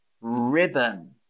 ribbon